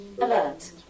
Alert